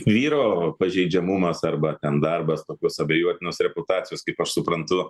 vyro pažeidžiamumas arba ten darbas tokios abejotinos reputacijos kaip aš suprantu